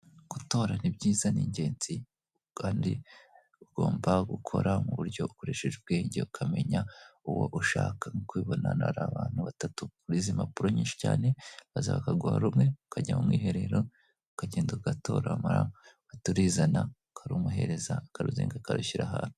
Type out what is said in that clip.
Gutora ni byiza ni ingenzi kandi ugomba gukora mu buryo ukoresheje ubwenge ukamenya uwo ushaka, Nk'uko ubibona hano hari abantu batatu kuri izi mpapuro nyinshi cyane baza bakaguha rumwe ukajya mu mwiherero, ukagenda ugatora wamara ugahita uruzana ukarumuhereza, akaruzinga akarushyira ahantu.